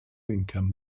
income